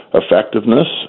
effectiveness